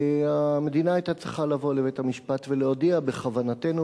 המדינה היתה צריכה לבוא לבית-המשפט ולהודיע: בכוונתנו